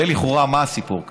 הרי לכאורה, מה הסיפור כאן?